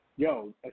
Yo